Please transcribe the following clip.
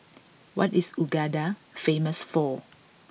what is Uganda famous for